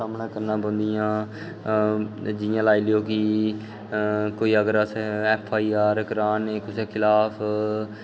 सामना करनियां पौंदियां जि'यां लाई लैओ कि कोई अगर अस ऐफ्फ आई आर करा'रने कुसै खलाफ